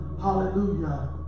Hallelujah